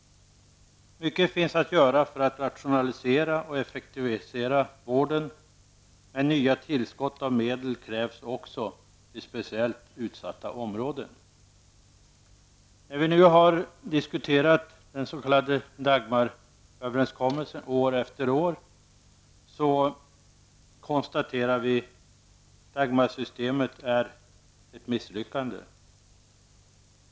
Mycket finns att göra för att rationalisera och effektivisera vården, men det krävs också nya tillskott av medel till speciellt utsatta områden. Vi har år efter år diskuterat den s.k. Dagmaröverenskommelsen. Vi kan nu konstatera att Dagmarsystemet är ett misslyckande.